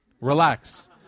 relax